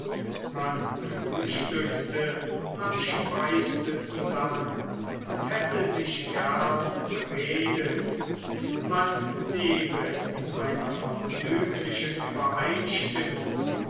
man frühstückte man speiste zusammen und hätte sich gern beredet man lebe in einer vergnüglichen übereinstimmung